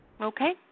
okay